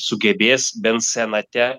sugebės bent senate